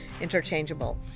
interchangeable